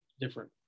different